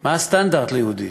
מה הסטנדרט ליהודי?